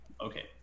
Okay